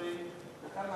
שקורה,